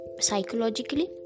psychologically